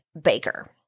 Baker